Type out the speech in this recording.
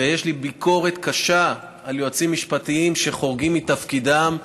ויש לי ביקורת קשה על יועצים משפטיים שחורגים מתפקידם,